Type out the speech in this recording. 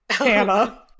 Anna